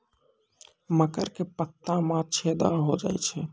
मकर के पत्ता मां छेदा हो जाए छै?